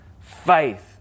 Faith